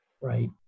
right